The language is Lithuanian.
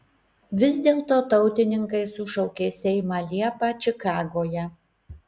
vis dėlto tautininkai sušaukė seimą liepą čikagoje